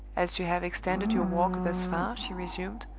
as you have extended your walk thus far, she resumed,